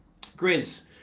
Grizz